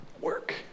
Work